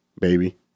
baby